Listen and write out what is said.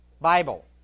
Bible